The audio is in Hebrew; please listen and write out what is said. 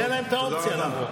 הייתה להם האופציה לבוא.